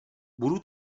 budu